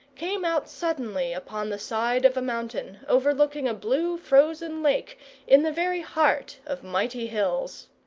came out suddenly upon the side of a mountain, overlooking a blue frozen lake in the very heart of mighty hills.